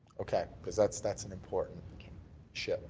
okay. because that's that's an important ship.